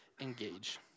engage